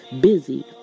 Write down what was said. busy